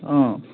অঁ